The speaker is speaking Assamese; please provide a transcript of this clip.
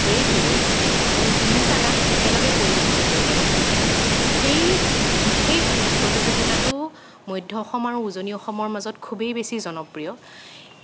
ব্ৰেক লৈ আপুনি তিনিওটা গান একেলগে পৰিৱেশন কৰিব লাগে সেই বিশেষ প্ৰতিযোগিতাটো মধ্য অসম আৰু উজনি অসমৰ মাজত খুবেই বেছি জনপ্ৰিয়